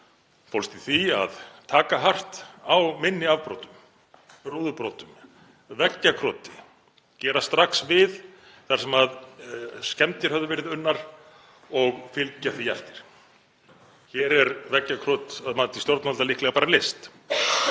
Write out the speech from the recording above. fólst í því að taka hart á minni afbrotum, rúðubrotum og veggjakroti, gera strax við þar sem skemmdir höfðu verið unnar og fylgja því eftir. Hér er veggjakrot, að mati stjórnvalda, líklega bara list